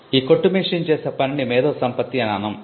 ఈ కుట్టు మెషిన్ చేసే పనిని మేధోసంపత్తి అని అనము